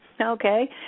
Okay